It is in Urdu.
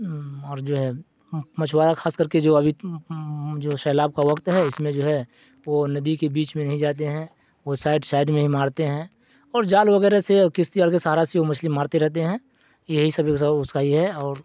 اور جو ہے مچھوارا خاص کر کے جو ابھی جو سیلاب کا وقت ہے اس میں جو ہے وہ ندی کے بیچ میں نہیں جاتے ہیں وہ سائڈ سائڈ میں ہی مارتے ہیں اور جال وغیرہ سے کشتی اور کے سہارا سے وہ مچھلی مارتے رہتے ہیں یہی سب اس کا یہ ہے اور